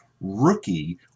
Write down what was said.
rookie